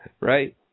Right